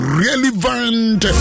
relevant